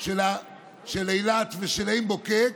של אילת ושל עין בוקק,